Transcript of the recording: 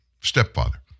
stepfather